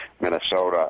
Minnesota